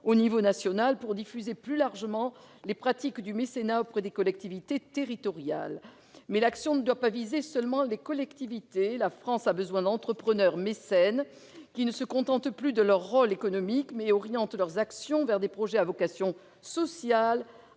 au niveau national pour diffuser plus largement les pratiques du mécénat auprès des collectivités territoriales. Mais l'action ne doit pas seulement viser les collectivités. La France a besoin d'entrepreneurs mécènes, qui ne se contentent plus de leur rôle économique, mais orientent leurs actions vers des projets à vocation sociale,